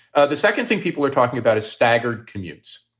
the second thing people are talking about is staggered commutes.